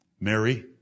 Mary